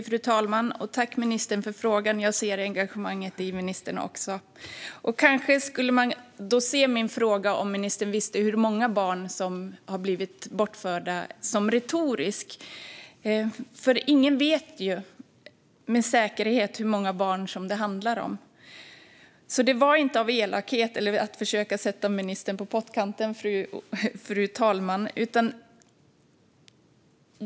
Fru talman! Jag ser engagemanget hos ministern. Kanske man ska se min fråga om ministern visste hur många barn som har blivit bortförda som retorisk. Ingen vet ju med säkerhet hur många barn det handlar om. Jag ställde inte frågan av elakhet eller som ett försök att sätta ministern på pottkanten, fru talman.